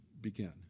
begin